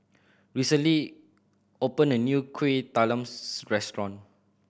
recently opened a new Kueh Talam restaurant